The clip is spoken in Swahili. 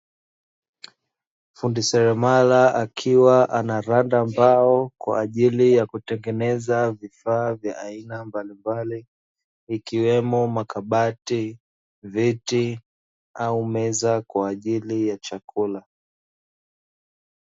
Fundi seremala akiwa anaranda mbao kwa ajili ya kutengeneza vifaa vya aina mbalimbali ikiwemo: makabati, viti au meza kwa ajili ya chakula.